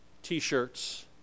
T-shirts